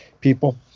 people